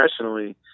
professionally